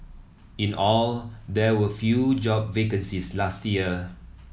in all there were few job vacancies last year